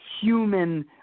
human